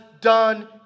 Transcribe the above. done